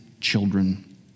children